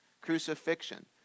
crucifixion